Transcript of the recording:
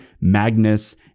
Magnus